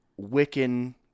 Wiccan